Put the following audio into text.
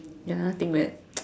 ya nothing bad